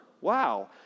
Wow